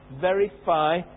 verify